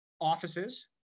offices